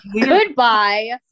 Goodbye